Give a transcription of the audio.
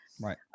right